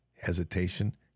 hesitation